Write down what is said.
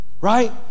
right